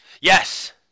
Yes